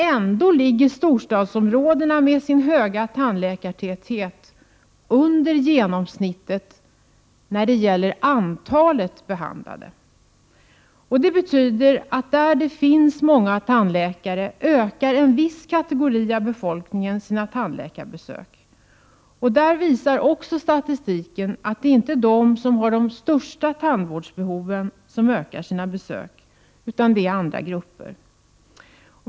Ändå ligger storstadsområdena med sin höga tandläkartäthet under genomsnittet när det gäller antalet behandlade. Det betyder att där det finns många tandläkare ökar en viss kategori av befolkningen sina tandläkarbesök. Statistiken visar också att det inte är de som har de största tandvårdsbehoven som ökar antalet besök, utan det är andra grupper.